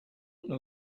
know